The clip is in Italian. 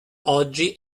oggi